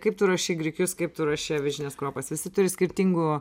kaip tu ruoši grikius kaip tu ruoši avižines kruopas visi turi skirtingų